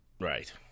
Right